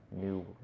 New